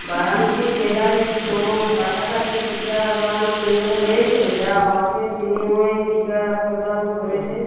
বারাণসী জেলায় কি কোনও কাছাকাছি টিকাদান কেন্দ্র রয়েছে যা অর্থের বিনিময়ে টিকা প্রদান করেছে